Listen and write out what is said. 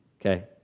Okay